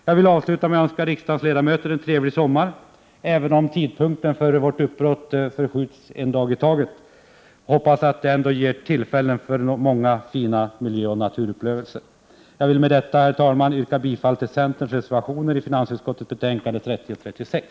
Jag vill avsluta med att önska riksdagens ledamöter en trevlig sommar, även om tidpunkten för vårt uppbrott förskjuts en dag i taget. Jag hoppas ändå att sommaruppehållet skall ge tillfälle till många fina miljöoch naturupplevelser. Jag vill med detta, herr talman, yrka bifall till centerns reservationer till finansutskottets betänkanden nr 30 och 36.